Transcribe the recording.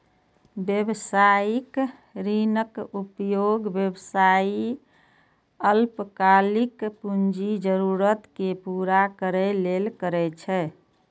व्यावसायिक ऋणक उपयोग व्यवसायी अल्पकालिक पूंजी जरूरत कें पूरा करै लेल करै छै